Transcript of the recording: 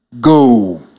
go